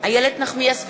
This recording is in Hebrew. נחמיאס ורבין,